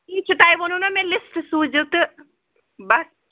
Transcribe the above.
ٹھیٖک چھُ تۄہہِ ووٚنوٕ نا مےٚ لِسٹہٕ سوٗزِو تہٕ بَس